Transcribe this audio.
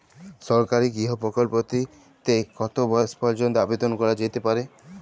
সরকারি গৃহ প্রকল্পটি তে কত বয়স পর্যন্ত আবেদন করা যেতে পারে?